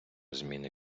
зміни